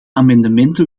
amendementen